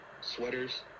sweaters